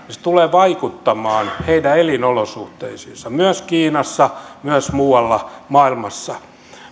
tulee vaikuttamaan heidän elinolosuhteisiinsa myös kiinassa myös muualla maailmassa